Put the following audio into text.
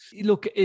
Look